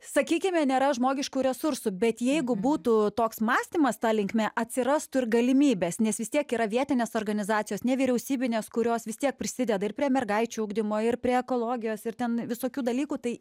sakykime nėra žmogiškų resursų bet jeigu būtų toks mąstymas ta linkme atsirastų ir galimybės nes vis tiek yra vietinės organizacijos nevyriausybinės kurios vis tiek prisideda ir prie mergaičių ugdymo ir prie ekologijos ir ten visokių dalykų tai